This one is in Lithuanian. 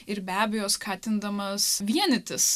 ir be abejo skatindamas vienytis